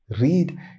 Read